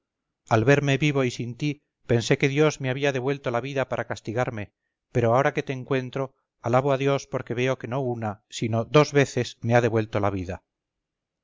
al verme vivo y sin ti pensé que dios me había devuelto la vida para castigarme pero ahora que te encuentro alabo a dios porque veo que no una sino dos veces me ha devuelto la vida